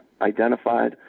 identified